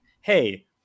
hey